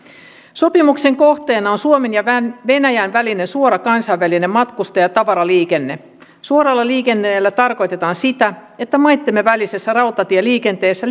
sopimuksen kohteena on suomen ja venäjän välinen suora kansainvälinen matkustaja ja tavaraliikenne suoralla liikenteellä tarkoitetaan sitä että maittemme välisessä rautatieliikenteessä